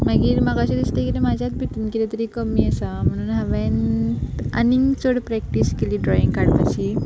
मागीर म्हाका अशें दिसता किदें म्हाज्यात भितून किदें तरी कमी आसा म्हणून हांवें आनीक चड प्रॅक्टीस केली ड्रॉईंग काडपाची